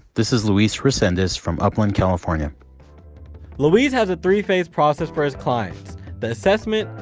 this is luis resendez from upland, california luis has a three-phase process for his clients the assessment,